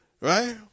Right